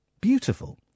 beautiful